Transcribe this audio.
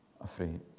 afraid